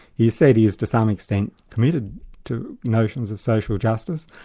he said he is to some extent committed to notions of social justice,